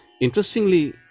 interestingly